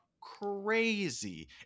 crazy